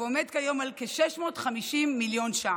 ועומד על כ-650 מיליון שקלים.